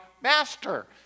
master